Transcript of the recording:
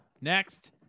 next